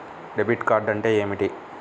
Debit card అంటే ఏమిటి?